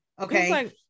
Okay